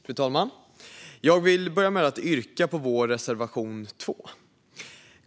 Fru talman! Jag vill börja med att yrka bifall till reservation 2.